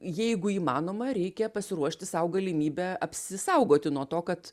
jeigu įmanoma reikia pasiruošti sau galimybę apsisaugoti nuo to kad